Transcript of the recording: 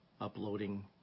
uploading